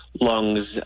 lungs